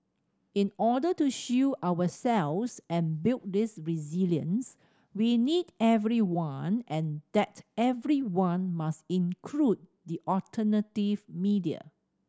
in order to shield ourselves and build this resilience we need everyone and that everyone must include the alternative media